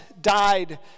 died